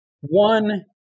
one